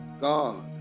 God